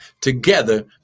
together